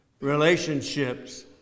relationships